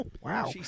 Wow